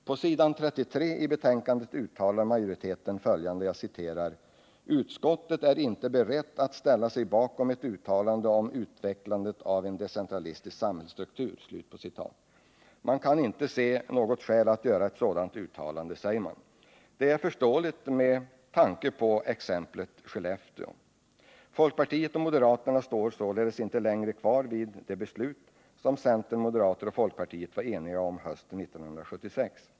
På s. 33 i betänkandet uttalar majoriteten: ”Utskottet är inte berett att ställa sig bakom ett uttalande om utvecklandet av ”decentralistisk samhällsstruktur”.” Man kan inte se något skäl att göra ett sådant uttalande, säger man. Det är förståeligt med tanke på exemplet Skellefteå. Folkpartiet och moderaterna står således inte längre kvar vid det beslut som centern, moderaterna och folkpartiet var eniga om hösten 1976.